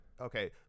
okay